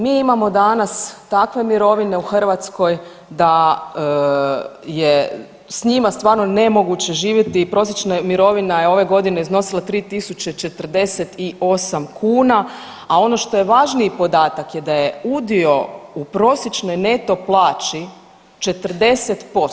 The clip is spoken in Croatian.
Mi imamo danas takve mirovine u Hrvatskoj da je s njima stvarno nemoguće živjeti i prosječna mirovina je ove godine iznosila 3048 kuna, a ono što je važniji podatak da je udio u prosječnoj neto plaći 40%